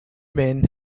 men